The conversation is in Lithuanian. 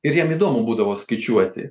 ir jam įdomu būdavo skaičiuoti